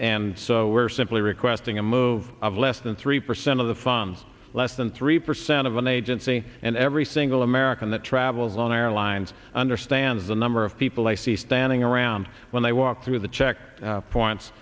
and so we're simply requesting a move of less than three percent of the fund less than three percent of an agency and every single american that travels on airlines understands the number of people i see standing around when they walk through the check points